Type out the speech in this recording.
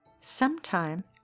sometime